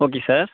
okay sir